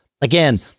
Again